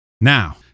Now